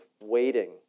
waiting